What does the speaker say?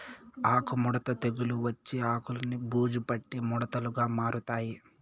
ఆకు ముడత తెగులు వచ్చి ఆకులన్ని బూజు పట్టి ముడతలుగా మారతాయి